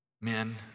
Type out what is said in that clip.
men